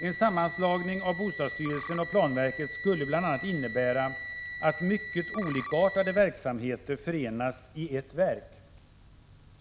En sammanslagning av bostadsstyrelsen och planverket skulle bl.a. innebära att mycket olikartade verksamheter förenas i ett verk.